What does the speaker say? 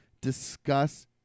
discuss